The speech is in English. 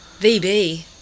VB